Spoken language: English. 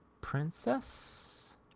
Princess